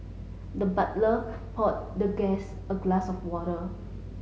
the butler poured the guest a glass of water